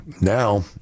Now